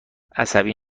عصبی